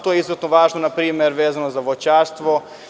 To je izuzetno važno, na primer, vezano za voćarstvo.